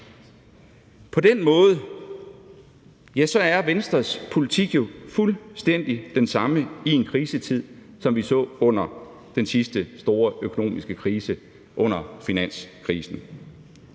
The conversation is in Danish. På den måde er Venstres politik i den her krisetid jo fuldstændig den samme, som vi så under den sidste store økonomiske krise, nemlig under finanskrisen.